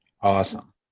Awesome